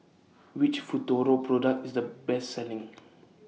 Which Futuro Product IS The Best Selling